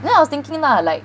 then I was thinking lah like